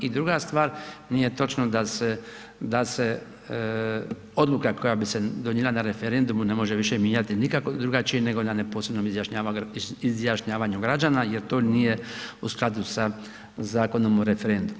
I druga stvar nije točno da se odluka koja bi se donijela na referendumu ne može više mijenjati nikako drugačije nego na neposrednom izjašnjavanju građana jer to nije u skladu sa Zakonom o referendumu.